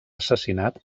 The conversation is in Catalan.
assassinat